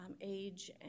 age